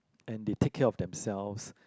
and they take care of them selves